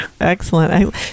Excellent